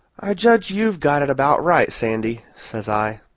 i judge you've got it about right, sandy, says i.